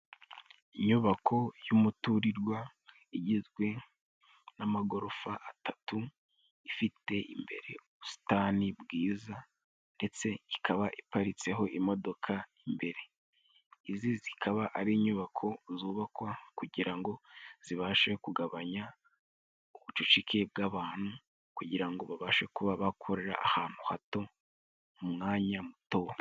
Inyubako y'umuturirwa, igizwe n'amagorofa atatu, ifite imbere ubusitani bwiza ndetse ikaba iparitse ho imodoka imbere. Izi zikaba ari inyubako zubakwa kugira ngo zibashe kugabanya ubucucike bw'abantu, kugira ngo babashe kuba bakorera ahantu hato, mu mwanya muto.